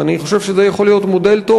ואני חושב שזה יכול להיות מודל טוב